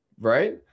right